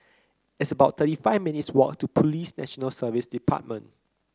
it's about thirty five minutes' walk to Police National Service Department